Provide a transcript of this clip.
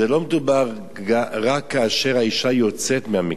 לא מדובר רק כאשר האשה יוצאת מהמקלט.